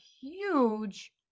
huge